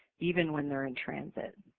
even when theyire in transit.